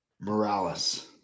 Morales